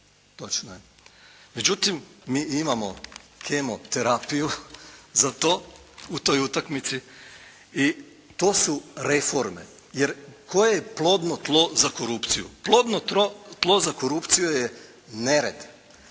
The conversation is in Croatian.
Točno je. Međutim mi imamo kemoterapiju za to u toj utakmici i to su reforme jer tko je plodno tlo za korupciju? Plodno tlo za korupciju je nered.